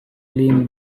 clean